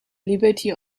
liberty